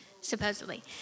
supposedly